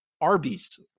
Arby's